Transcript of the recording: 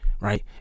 right